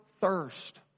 thirst